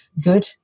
good